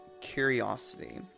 curiosity